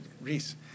Reese